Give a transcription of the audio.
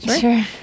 Sure